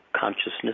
consciousness